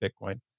Bitcoin